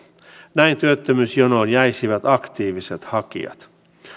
näin työttömyysjonoon jäisivät aktiiviset hakijat